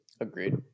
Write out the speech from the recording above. Agreed